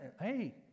hey